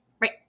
right